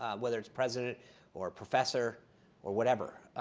whether it's president or professor or whatever.